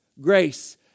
grace